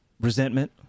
resentment